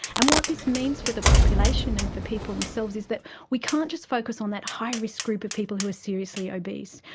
and what this means for the population and for people themselves is that we can't just focus on that high risk group of people who are seriously obese,